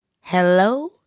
Hello